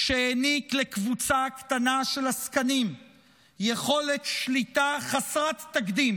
שהעניק לקבוצה קטנה של עסקנים יכולת שליטה חסרת תקדים